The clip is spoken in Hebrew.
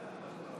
תשעה,